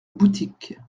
boutique